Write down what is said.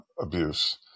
abuse